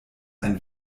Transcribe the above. ein